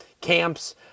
camps